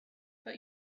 but